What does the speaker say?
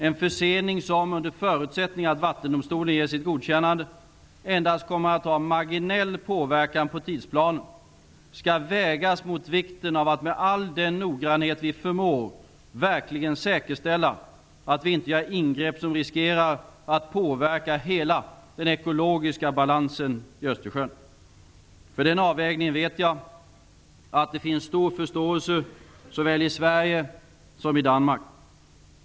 En försening som -- under förutsättning att Vattendomstolen ger sitt godkännande -- endast kommer att ha en marginell påverkan på tidsplanen skall vägas mot vikten av att med all den noggrannhet vi förmår verkligen säkerställa att vi inte gör ingrepp som riskerar att påverka hela den ekologiska balansen i Östersjön. För den avvägningen vet jag att det finns stor förståelse såväl i Sverige som i Danmark.